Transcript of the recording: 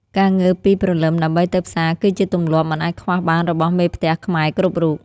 ការងើបពីព្រលឹមដើម្បីទៅផ្សារគឺជាទម្លាប់មិនអាចខ្វះបានរបស់មេផ្ទះខ្មែរគ្រប់រូប។